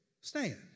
Stand